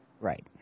Right